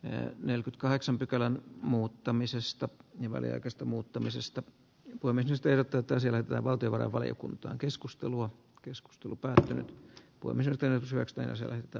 ö ö nelkyt kaheksan pykälän muuttamisesta väliaikaisesta muuttamisesta ulkoministeri totesin että valtiovarainvaliokuntaan keskustelua keskustelu päätynyt omertanen saksta ja sillä että